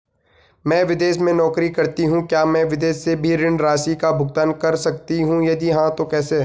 मैं विदेश में नौकरी करतीं हूँ क्या मैं विदेश से भी ऋण राशि का भुगतान कर सकती हूँ यदि हाँ तो कैसे?